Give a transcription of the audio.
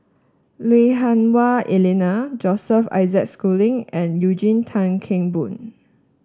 Lui Hah Wah Elena Joseph Isaac Schooling and Eugene Tan Kheng Boon